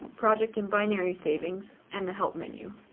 project and binary savings, and the help menu.